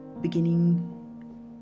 beginning